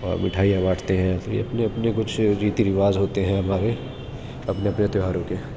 اور مٹھائیاں بانٹتے ہیں یہ اپنے اپنے کچھ ریتی رواج ہوتے ہیں ہمارے اپنے اپنے تیوہار ہوتے ہیں